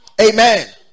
Amen